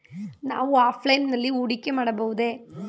ನಾವು ಆಫ್ಲೈನ್ ನಲ್ಲಿ ಹೂಡಿಕೆ ಮಾಡಬಹುದೇ?